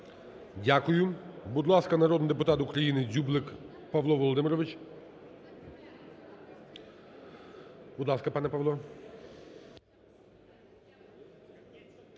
Дякую. Будь ласка, народний депутат України Дзюблик Павло Володимирович. Будь ласка, пане Павло.